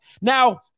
Now